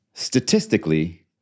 Statistically